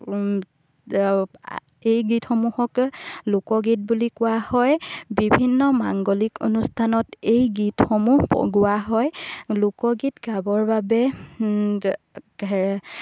এই গীতসমূহকে লোকগীত বুলি কোৱা হয় বিভিন্ন মাংগলিক অনুষ্ঠানত এই গীতসমূহ গোৱা হয় লোকগীত গাবৰ বাবে